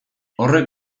horrek